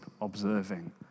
observing